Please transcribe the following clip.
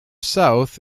south